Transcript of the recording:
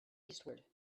eastward